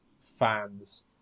fans